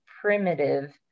primitive